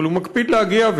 אבל הוא מקפיד להגיע,